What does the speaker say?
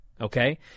Okay